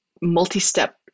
multi-step